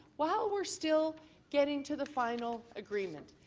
while we're still getting to the final agreement.